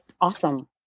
awesome